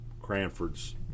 Cranford's